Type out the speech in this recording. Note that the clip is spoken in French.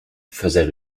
faisait